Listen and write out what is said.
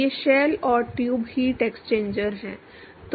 ये शेल और tube heat exchanger हैं